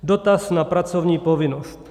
Dotaz na pracovní povinnost.